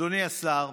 אדוני השר,